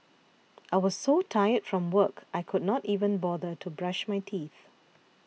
I was so tired from work I could not even bother to brush my teeth